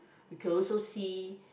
we can also see